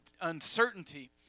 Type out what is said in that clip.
uncertainty